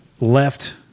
left